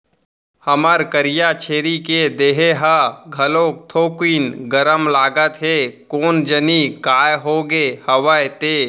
हमर करिया छेरी के देहे ह घलोक थोकिन गरम लागत हे कोन जनी काय होगे हवय ते?